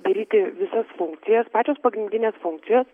daryti visas funkcijas pačios pagrindinės funkcijos